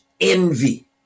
envy